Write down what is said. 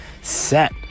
set